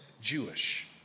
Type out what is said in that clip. Jewish